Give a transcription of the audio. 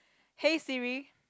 hey Siri